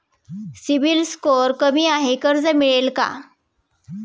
CIBIL score कमी आहे कर्ज मिळेल का?